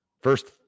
First